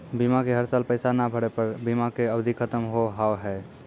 बीमा के हर साल पैसा ना भरे पर बीमा के अवधि खत्म हो हाव हाय?